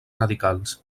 radicals